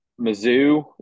Mizzou